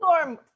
storm